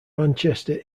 manchester